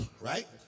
right